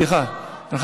סליחה.